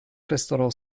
restaurants